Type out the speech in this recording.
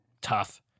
tough